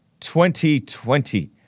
2020